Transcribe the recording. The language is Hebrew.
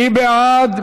מי בעד?